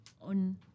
on